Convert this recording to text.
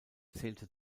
zählte